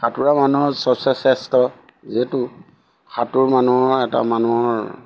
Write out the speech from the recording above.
সাঁতোৰা মানুহৰ যিহেতু সাঁতোৰ মানুহৰ এটা মানুহৰ